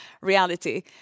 reality